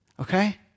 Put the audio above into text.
Okay